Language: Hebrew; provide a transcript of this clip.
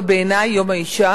אבל בעיני יום האשה